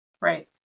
Right